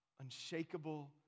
unshakable